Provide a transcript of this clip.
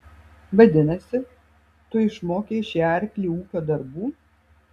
vadinasi tu išmokei šį arklį ūkio darbų